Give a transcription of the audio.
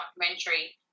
documentary